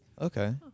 Okay